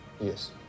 Yes